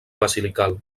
basilical